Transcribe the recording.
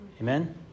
Amen